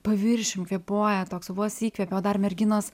paviršium kvėpuoja toks vos įkvepia o dar merginos